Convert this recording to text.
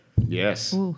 Yes